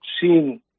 seen